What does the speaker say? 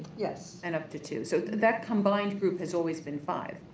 yes. and up to two. so that combined group has always been five.